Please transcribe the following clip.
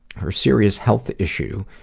her serious health issue,